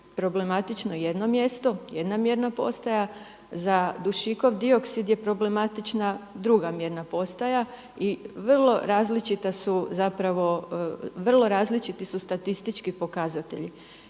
problematično jedno mjesto, jedna mjerna postaja, za dušikov dioksid je problematična druga mjerna postaja i vrlo različita su zapravo, vrlo različiti